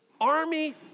army